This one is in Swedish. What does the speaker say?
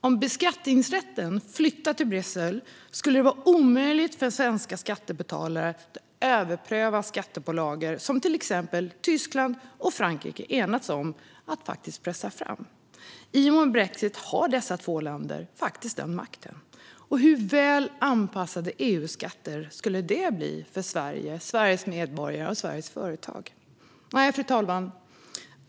Om beskattningsrätten flyttar till Bryssel skulle det vara omöjligt för svenska skattebetalare att överpröva skattepålagor som till exempel Tyskland och Frankrike har enats om att pressa fram. I och med brexit har dessa två länder den makten. Hur väl anpassade EU-skatter skulle det bli för Sverige, Sveriges medborgare och Sveriges företag? Fru talman!